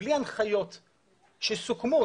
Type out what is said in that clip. בלי הנחיות שסוכמו,